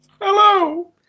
Hello